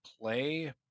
play